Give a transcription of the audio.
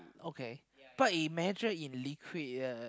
okay but it measure in liquid eh